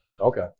Okay